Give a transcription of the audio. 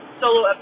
solo